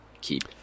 keep